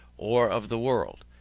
or of the world.